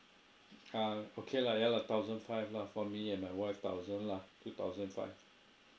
ah okay lah yeah lah thousand five lah for me and my wife thousand lah two thousand five